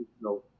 No